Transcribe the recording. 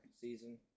season